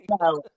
No